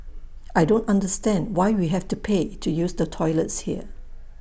I don't understand why we have to pay to use the toilets here